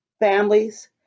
families